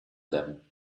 them